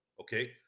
Okay